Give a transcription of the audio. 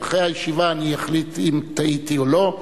אחרי הישיבה אני אחליט אם טעיתי או לא.